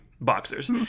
boxers